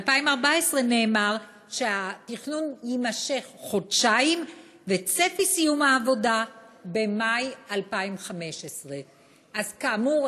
ב-2014 נאמר שהתכנון יימשך חודשיים וצפי סיום העבודה במאי 2015. כאמור,